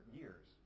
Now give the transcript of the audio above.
years